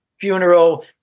funeral